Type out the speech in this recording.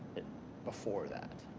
before that?